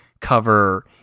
cover